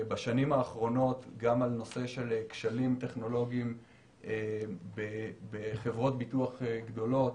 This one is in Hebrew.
בשנים האחרונות על נושא של כשלים טכנולוגיים בחברות ביטוח גדולות